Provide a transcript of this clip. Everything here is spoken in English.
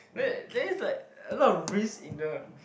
that that is like a lot of risk in the